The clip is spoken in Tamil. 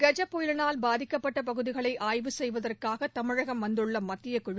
கஜ புயலினால் பாதிக்கப்பட்ட பகுதிகளை ஆய்வு செய்வதற்காக தமிழகம் வந்துள்ள மத்திய குழு